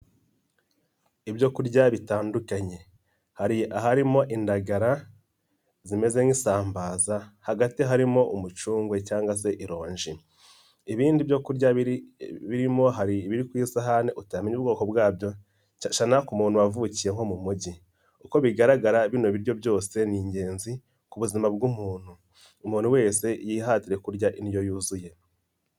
Ibyokurya bitandukanye hari aharimo indagara zimeze nk'isambaza, hagati harimo umucugwe cyangwa se ilongi. Ibindi byo kurya birimo hari ibiri ku isahani utamenya ubwoko bwabyo cyane cyane ku muntu wavukiye nko mu mugi. Uko bigaragara bino biryo byose ni ingenzi ku buzima bw'umuntu. Umuntu wese yihatire kurya indyo yuzuye.